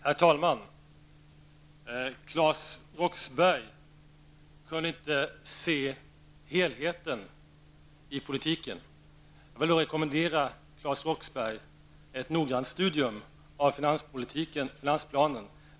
Herr talman! Claes Roxbergh kunde inte se helheten i politiken. Då vill jag rekommendera Claes Roxbergh ett noggrant studium av finansplanen.